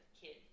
kid